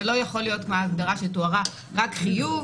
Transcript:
זה לא יכול להיות כמו ההגדרה שתוארה: רק חיוב,